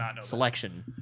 selection